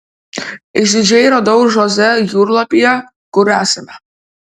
išdidžiai rodau žoze jūrlapyje kur esame